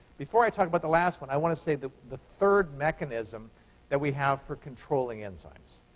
before i talk about the last one, i want to say the the third mechanism that we have for controlling enzymes.